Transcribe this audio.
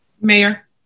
Mayor